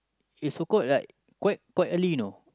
it's so called like quite quite early you know